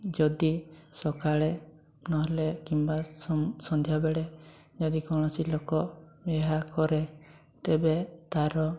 ଯଦି ସକାଳେ ନହେଲେ କିମ୍ବା ସନ୍ଧ୍ୟାବେଳେ ଯଦି କୌଣସି ଲୋକ ଏହା କରେ ତେବେ ତା'ର